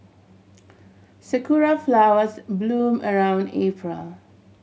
sakura flowers bloom around April